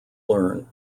learn